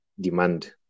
demand